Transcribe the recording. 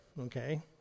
okay